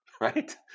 right